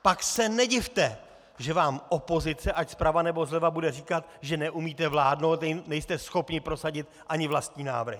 Pak se nedivte, že vám opozice, ať zprava, nebo zleva, bude říkat, že neumíte vládnout, nejste schopni prosadit ani vlastní návrhy.